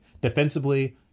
defensively